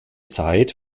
zeit